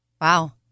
Wow